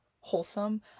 wholesome